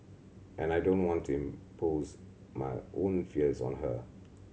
and I don't want to impose my own fears on her